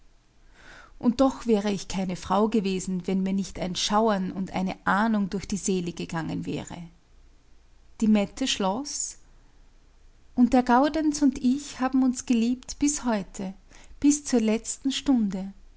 und doch wäre ich keine frau gewesen wenn mir nicht ein schauern und eine ahnung durch die seele gegangen wäre die mette schloß und der gaudenz und ich haben uns geliebt bis heute bis zur letzten stunde